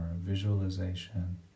visualization